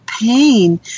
pain